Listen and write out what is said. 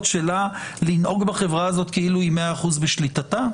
שלה לנהוג בחברה הזאת כאילו היא מאז אחוז בשליטתה?